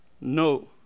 No